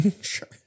Sure